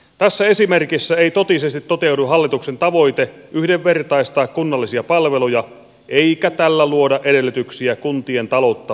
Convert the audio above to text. tässä esimerkissä ei totisesti toteudu hallituksen tavoite yhdenvertaistaa kunnallisia palveluja eikä tällä luoda edellytyksiä kuntien taloutta vahvistavalle kehittämistoiminnalle